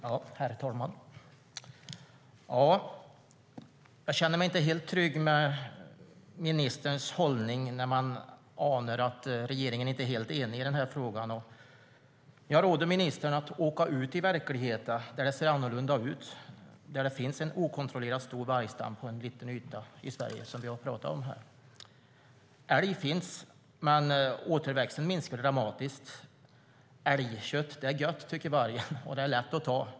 STYLEREF Kantrubrik \* MERGEFORMAT Svar på interpellationerJag råder ministern att åka ut i verkligheten, där det ser annorlunda ut. Det finns en okontrollerat stor vargstam på en liten yta i Sverige, vilket vi har pratat om här. Älg finns, men återväxten minskar dramatiskt. Älgkött är gott, tycker vargen, och det är lätt att ta.